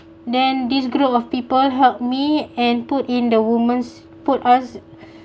then this group of people helped me and put in the woman's put us